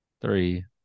three